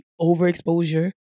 overexposure